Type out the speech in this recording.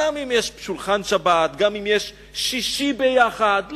גם אם יש שולחן שבת וגם אם יש שישי ביחד,